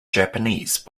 japanese